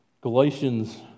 Galatians